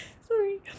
Sorry